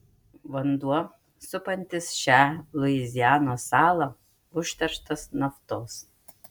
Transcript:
vanduo supantis šią luizianos salą užterštas naftos